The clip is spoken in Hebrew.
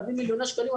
להביא מיליוני שקלים,